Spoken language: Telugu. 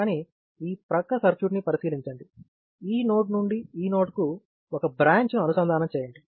కానీ ఈ ప్రక్క సర్క్యూట్ ని పరిశీలించండి ఈ నోడ్ నుండి ఈ నోడ్కు ఒక బ్రాంచ్ను అనుసంధానం చేయండి